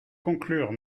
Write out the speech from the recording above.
conclure